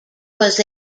was